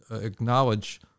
acknowledge